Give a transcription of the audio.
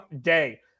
day